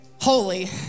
holy